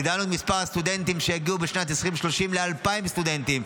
הגדלנו את מספר הסטודנטים שיגיעו בשנת 2030 ל-2,000 סטודנטים,